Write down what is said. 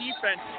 defense